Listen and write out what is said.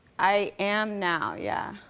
i am now, yeah.